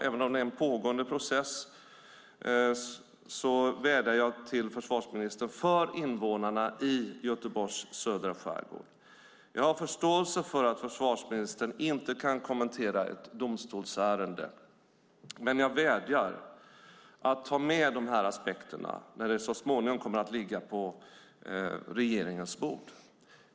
Även om det är en pågående process vädjar jag till försvarsministern för invånarna i Göteborgs södra skärgård. Jag har förståelse för att försvarsministern inte kan kommentera ett domstolsärende, men jag vädjar om att han tar med de här aspekterna när ärendet så småningom kommer att ligga på regeringens bord.